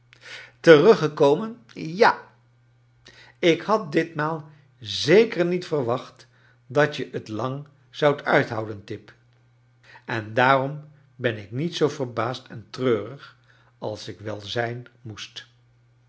teruggekomen ja ik had ditmaal zeker niet verwacht dat je t lang zoudt uithouden tip en daarom ben ik niet zoo verbaasd en treurig als ik wel zijn moest